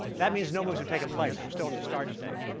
that means no moves are taking place. i'm still in the start state.